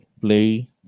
play